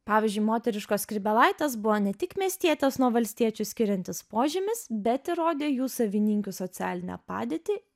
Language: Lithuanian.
pavyzdžiui moteriškos skrybėlaitės buvo ne tik miestietes nuo valstiečių skiriantis požymis bet įrodė jų savininkių socialinę padėtį